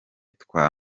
twa